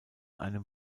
einem